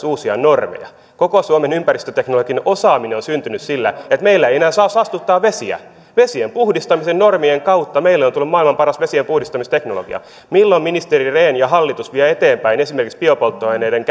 uusia normeja koko suomen ympäristöteknologinen osaaminen on syntynyt sillä että meillä ei enää saa saastuttaa vesiä vesien puhdistamisen normien kautta meille on tullut maailman paras vesienpuhdistamisteknologia milloin ministeri rehn ja hallitus vievät eteenpäin esimerkiksi biopolttoaineiden